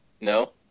no